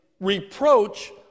reproach